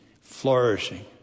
flourishing